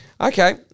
Okay